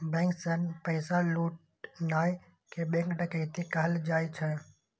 bank सं पैसा लुटनाय कें बैंक डकैती कहल जाइ छै